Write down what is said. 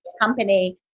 company